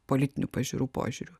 politinių pažiūrų požiūriu